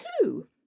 two